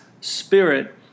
Spirit